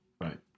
Right